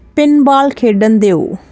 pinball ਖੇਡਣ ਦਿਓ